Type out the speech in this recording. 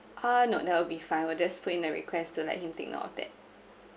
uh no that'll be fine we'll just put in the request to let him take note of that